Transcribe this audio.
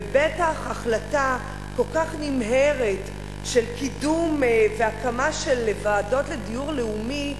ובטח החלטה כל כך נמהרת של קידום והקמה של ועדות לדיור לאומי,